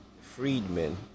freedmen